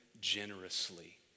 generously